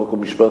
חוק ומשפט,